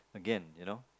again you know